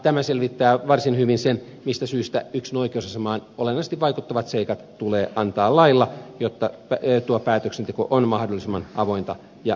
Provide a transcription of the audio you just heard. tämä selvittää varsin hyvin sen mistä syystä yksilön oikeusasemaan olennaisesti vaikuttavat seikat tulee antaa lailla jotta tuo päätöksenteko on mahdollisimman avointa ja demokraattista